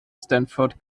stanford